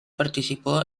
participó